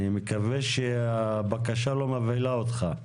אני מקווה שהבקשה לא מבהילה אותך.